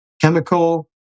chemical